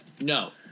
No